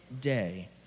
day